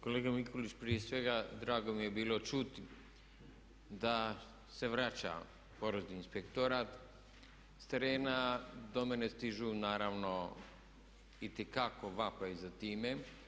Kolega Mikulić, prije svega drago mi je bilo čuti da se vraća porezni inspektorat s terena do mene stižu naravno itekako vapaji za time.